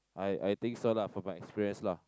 I I think so lah from my experience lah